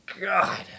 God